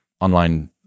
online